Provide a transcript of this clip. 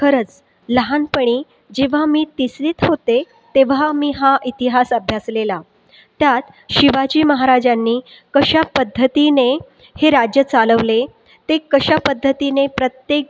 खरंच लहानपणी जेव्हा मी तिसरीत होते तेव्हा मी हा इतिहास अभ्यासलेला त्यात शिवाजी महाराजांनी कशा पद्धतीने हे राज्य चालवले ते कशा पद्धतीने प्रत्येक